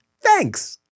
Thanks